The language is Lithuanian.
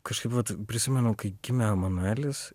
kažkaip vat prisimenu kai gimė emanuelis